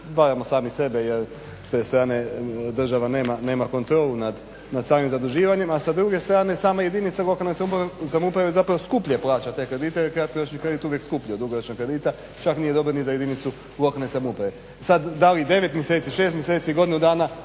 varamo sami sebe jer s te strane država nema kontrolu nad samim zaduživanjem, a sa druge strane sama jedinica lokalne samouprave zapravo skuplje plaća te kredite jer je kratkoročni kredit uvijek skuplji od dugoročnog kredita. Čak nije dobro ni za jedinicu lokalne samouprave. Sad da li 9 mjeseci, 6 mjeseci, godinu dana